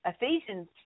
Ephesians